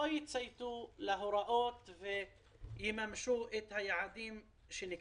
יצייתו להוראות ולא יממשו את היעדים שנקבעו.